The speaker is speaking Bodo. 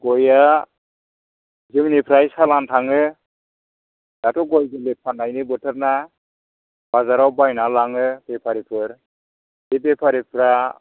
गया जोंनिफ्राय चालान थाङो दाथ' गय जोलै फाननायनि बोथोरना बाजाराव बायनानै लाङो बेफारिफोर बे बेफारिफ्रा